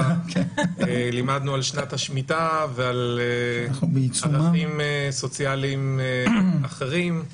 לימדנו על שנת השמיטה ועל ענפים סוציאליים אחרים,